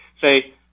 Say